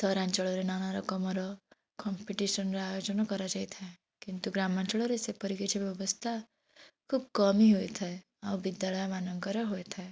ସହରାଞ୍ଚଳରେ ନାନା ରକମର କମ୍ପିଡ଼ିସନ୍ର ଆୟୋଜନ କରାଯାଇଥାଏ କିନ୍ତୁ ଗ୍ରାମାଞ୍ଚଳରେ ସେପରି କିଛି ବ୍ୟବସ୍ଥା ଖୁବ କମ୍ ହିଁ ହୋଇଥାଏ ଅଉ ବିଦ୍ୟାଳୟ ମାନଙ୍କର ହୋଇଥାଏ